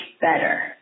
better